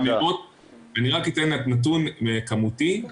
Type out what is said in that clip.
אני רק אתן נתון כמותי.